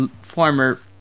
former